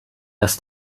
das